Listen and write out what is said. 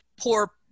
poor